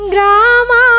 Grama